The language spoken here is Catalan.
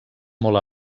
molt